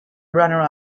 runner